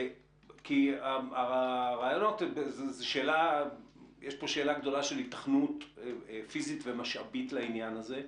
כי יש פה שאלה גדולה של ייתכנות פיזית ומשאבית לעניין הזה.